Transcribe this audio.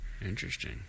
Interesting